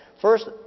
First